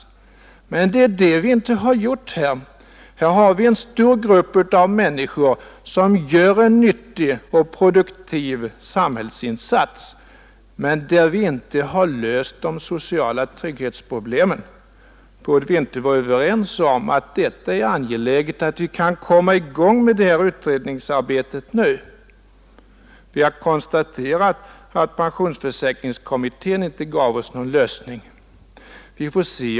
Men det är detta som vi inte gjort här. Vi har en stor grupp av människor som gör en nyttig och produktiv samhällsinsats, men vi har inte löst de sociala trygghetsproblemen. Borde vi inte vara överens om att det är angeläget att vi nu kan komma i gång med utredningsarbetet? Vi har konstaterat att pensionsförsäkringskommittén inte gav oss någon lösning.